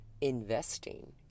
investing